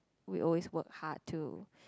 we always work hard to